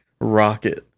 rocket